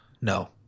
no